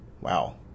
Wow